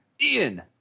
Ian